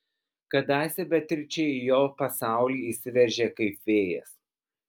kadaise beatričė į jo pasaulį įsiveržė kaip vėjas